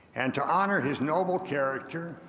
and to honor his noble character,